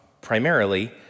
primarily